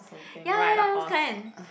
ya ya ya those kind